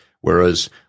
whereas